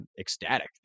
ecstatic